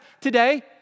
today